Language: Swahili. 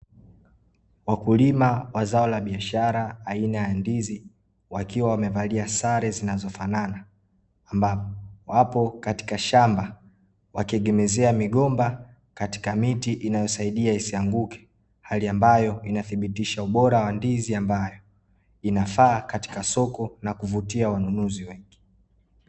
Wakulima wa zao la biashara aina ya ndizi, wakiwa wamevalia sare zinaofanana ambapo, wapo katika shamba wakiegemezea migomba katika miti inayosaidia isianguke, hali ambayo inathibitisha ubora wa ndizi ambayo, inafaa katika soko na kuvutia wanunuzi wengi.